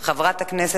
5368,